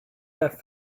that